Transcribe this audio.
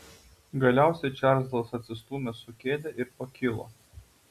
galiausiai čarlzas atsistūmė su kėde ir pakilo